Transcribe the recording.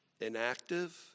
inactive